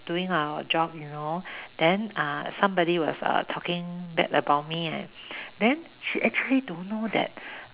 doing our job you know then uh somebody was uh talking bad about me leh then she actually don't know that